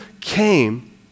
came